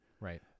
Right